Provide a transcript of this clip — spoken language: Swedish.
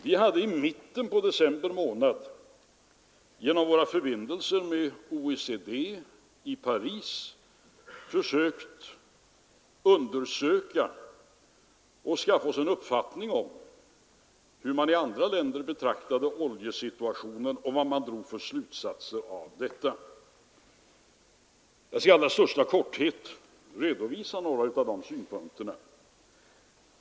Vi hade i mitten av december månad genom våra förbindelser med OECD i Paris försökt skaffa oss en uppfattning om hur man i andra länder betraktade oljesituationen och vad man drog för slutsatser. Jag skall i allra största korthet redovisa några av de synpunkterna.